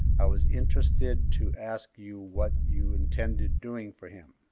i was interested to ask you what you intended doing for him.